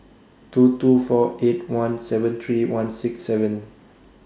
two two four eight one seven three one six seven